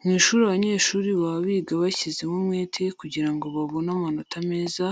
Mu ishuri abanyeshuri baba biga bashyizemo umwete kugira ngo babone amanota meza